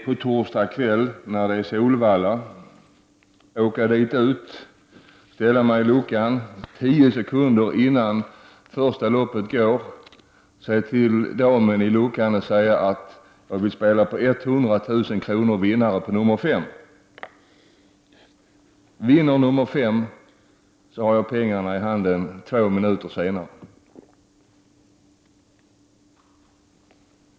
På torsdag kväll när det är totospel på Solvalla kan jag åka dit ut, ställa mig i kö till luckan och tio sekunder innan första loppet går säga till damen i luckan att jag vill spela 100 000 kr. på häst nr 5 som vinnare. Vinner nr 5 har jag pengarna i handen några minuter senare.